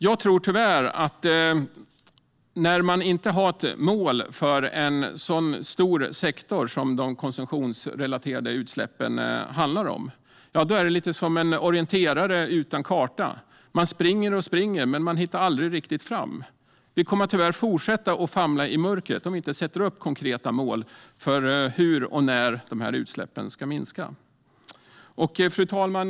Jag tror tyvärr att när man inte har något mål för en så stor sektor som de konsumtionsrelaterade utsläppen utgör blir det ungefär som för en orienterare utan karta. Man springer och springer men hittar aldrig riktigt fram. Vi kommer tyvärr att fortsätta famla i mörkret om vi inte sätter upp konkreta mål för hur och när dessa utsläpp ska minska. Fru talman!